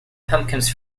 pumpkins